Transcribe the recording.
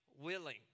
willing